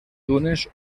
dunes